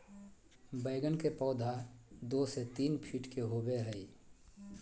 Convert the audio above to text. बैगन के पौधा दो से तीन फीट के होबे हइ